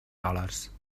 dòlars